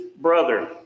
brother